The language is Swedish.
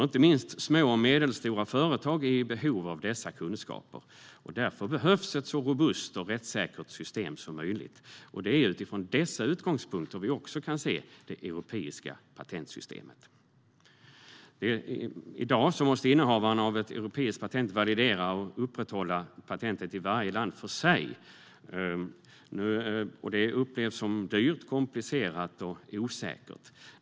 Inte minst små och medelstora företag är i behov av dessa kunskaper; därför behövs ett så robust och rättssäkert system som möjligt. Det är även utifrån dessa utgångspunkter vi ska se det europeiska patentsystemet. I dag måste innehavaren av ett europeiskt patent validera och upprätthålla patentet i varje land för sig. Det upplevs som dyrt, komplicerat och osäkert.